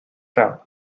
run